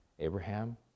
Abraham